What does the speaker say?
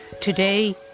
Today